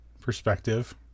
perspective